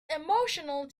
emotional